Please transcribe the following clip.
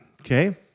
Okay